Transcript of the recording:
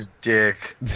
dick